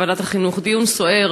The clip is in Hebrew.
דיון סוער.